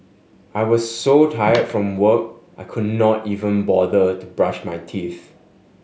I was so tired from work I could not even bother to brush my teeth